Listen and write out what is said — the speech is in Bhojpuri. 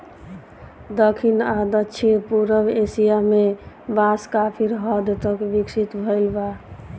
दखिन आ दक्षिण पूरब एशिया में बांस काफी हद तक विकसित भईल बा